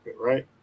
right